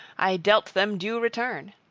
i dealt them due return!